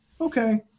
Okay